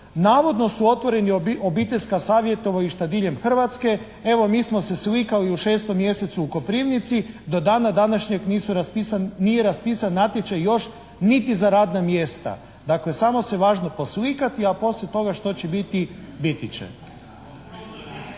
navodno su otvorena obiteljska savjetovališta diljem Hrvatske. Evo, mi smo se slikali u šestom mjesecu u Koprivnici, do dana današnjeg nije raspisan natječaj još niti za radna mjesta. Dakle, samo se važno poslikati a poslije toga što će biti biti će.